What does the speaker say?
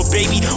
baby